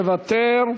מוותר,